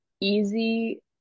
easy